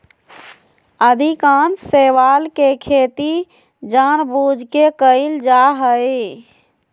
अधिकांश शैवाल के खेती जानबूझ के कइल जा हइ